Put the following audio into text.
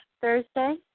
Thursday